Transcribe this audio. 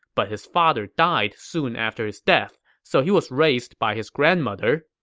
but his father died soon after his death, so he was raised by his grandmother.